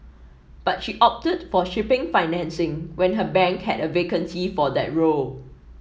but she opted for shipping financing when her bank had a vacancy for that role